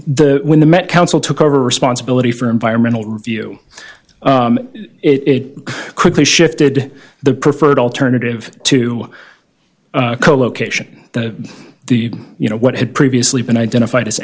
the when the met council took over responsibility for environmental review it quickly shifted the preferred alternative to co location the you know what had previously been identified as